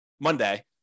monday